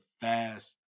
fast